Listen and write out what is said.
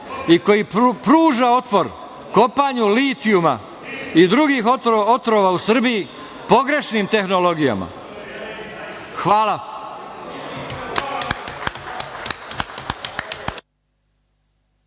i koji pruža otpor kopanju litijuma i drugih otrova u Srbiji pogrešnim tehnologijama. Hvala.